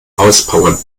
auspowern